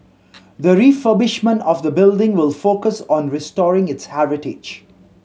the refurbishment of the building will focus on restoring its heritage